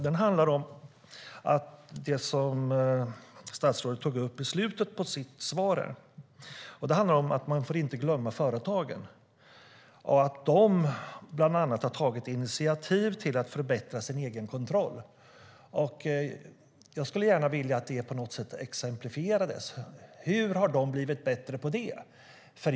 Den handlar om det som statsrådet tog upp i slutet av sitt svar: att man inte får glömma företagen och att de bland annat har tagit initiativ till att förbättra sin egen kontroll. Jag skulle vilja att det exemplifierades på något sätt. Hur har de blivit bättre på det?